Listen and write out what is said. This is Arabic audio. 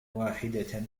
واحدة